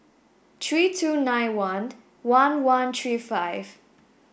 three two nine one one one three five